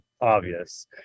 obvious